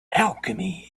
alchemy